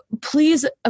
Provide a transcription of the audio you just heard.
please